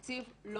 התקציב לא ברשותנו.